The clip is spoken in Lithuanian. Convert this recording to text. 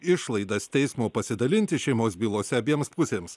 išlaidas teismo pasidalinti šeimos bylose abiems pusėms